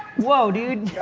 whoa dude.